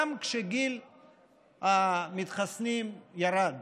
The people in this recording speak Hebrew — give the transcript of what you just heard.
גם כשגיל המתחסנים ירד.